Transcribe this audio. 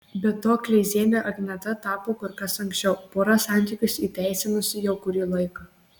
be to kleiziene agneta tapo kur kas anksčiau pora santykius įteisinusi jau kurį laiką